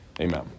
Amen